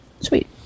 Sweet